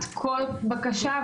(הסדרת אירוע הילולת רבי שמעון בר יוחאי בהר מירון).